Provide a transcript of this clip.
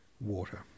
Water